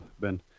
Ben